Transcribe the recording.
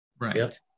right